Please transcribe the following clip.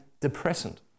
depressant